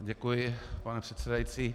Děkuji, pane předsedající.